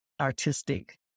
artistic